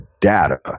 data